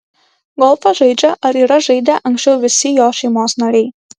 golfą žaidžią ar yra žaidę anksčiau visi jo šeimos nariai